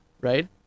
right